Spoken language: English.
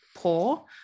poor